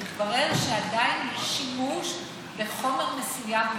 התברר שעדיין יש שימוש בחומר מסוים,